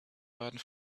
baden